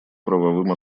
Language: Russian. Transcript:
правовым